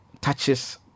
touches